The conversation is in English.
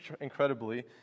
incredibly